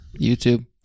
YouTube